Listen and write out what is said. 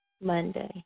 Monday